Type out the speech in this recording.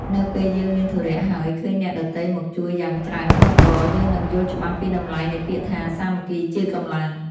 នៅពេលយើងមានធុរៈហើយឃើញអ្នកដទៃមកជួយយ៉ាងច្រើនកុះករ យើងនឹងយល់ច្បាស់ពីតម្លៃនៃពាក្យថា សាមគ្គីជាកម្លាំង។